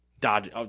Dodge